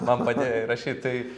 man padėjo įrašyt tai